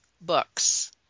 books